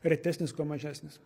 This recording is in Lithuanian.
retesnis kuo mažesnis